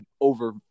over